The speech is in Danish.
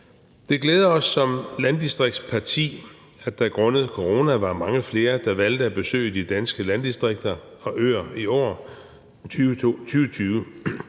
Det glæder os som landdistriktsparti, at der grundet corona var mange flere, der valgte at besøge de danske landdistrikter og øer i 2020.